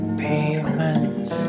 payments